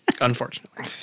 Unfortunately